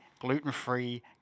gluten-free